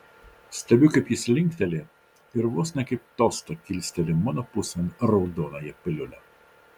stebiu kaip jis linkteli ir vos ne kaip tostą kilsteli mano pusėn raudonąją piliulę